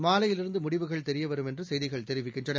மாலையிலிருந்து முடிவுகள் தெரியவரும் என்று செய்திகள் தெரிவிக்கின்றன